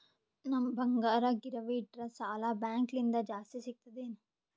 ನಮ್ ಬಂಗಾರ ಗಿರವಿ ಇಟ್ಟರ ಸಾಲ ಬ್ಯಾಂಕ ಲಿಂದ ಜಾಸ್ತಿ ಸಿಗ್ತದಾ ಏನ್?